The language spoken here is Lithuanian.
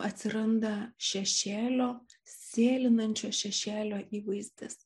atsiranda šešėlio sėlinančio šešėlio įvaizdis